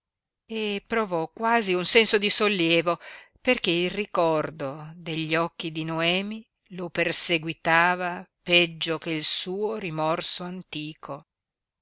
cosí e provò quasi un senso di sollievo perché il ricordo degli occhi di noemi lo perseguitava peggio che il suo rimorso antico